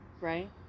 right